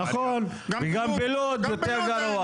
נכון, וגם בלוד יותר גרוע.